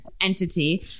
entity